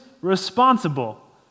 responsible